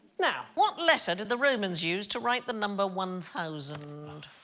now. what letter did the romans used to write the number one thousand?